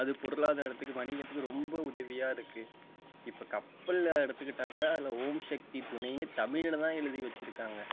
அது பொருளாதாரத்துக்கு வணிகத்துக்கு ரொம்ப உதவியாக இருக்குது இப்போ கப்பலில் எடுத்துக்கிட்டால் கூட அதில் ஓம் சக்தி துணைன்னு தமிழில் தான் எழுதி வச்சுருக்காங்க